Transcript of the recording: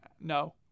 no